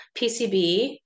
PCB